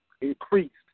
increased